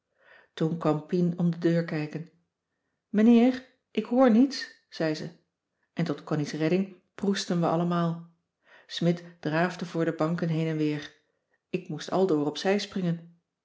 pien om de deur kijken meneer ik hoor niets zei ze en tot connies redding proestten we allemaal smidt draafde voor de banken heen en weer ik moest aldoor op zij springen